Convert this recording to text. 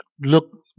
look